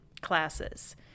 classes